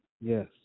yes